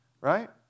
right